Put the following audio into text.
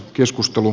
keskustelu